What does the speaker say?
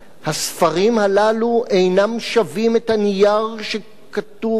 הספרים הללו אינם שווים את הנייר שהם כתובים עליו.